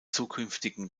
zukünftigen